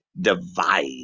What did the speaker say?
divide